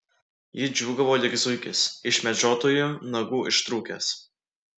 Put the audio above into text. ji džiūgavo lyg zuikis iš medžiotojų nagų ištrūkęs